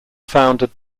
founded